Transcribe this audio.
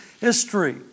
history